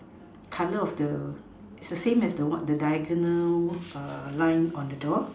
colour of the is the same as the diagonal line on the door